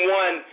one